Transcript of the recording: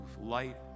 light